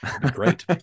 great